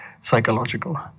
psychological